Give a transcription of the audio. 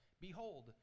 behold